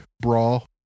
brawl